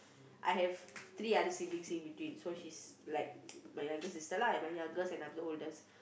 I have three other siblings in between so she's like my younger sister lah and my youngest and I am the oldest